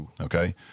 okay